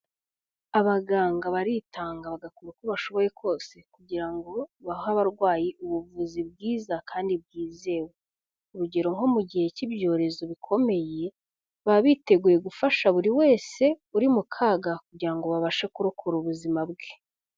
Abaganga baritanga bagakora uko bashoboye kose kugira ngo bahe abarwayi ubuvuzi bwiza kandi bwizewe. Urugero nko mu gihe cy'ibyorezo bikomeye, baba biteguye gufasha buri wese uri mu kaga kugira ngo babashe kurokora ubuzima bwe.